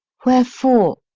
wherefore?